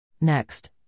Next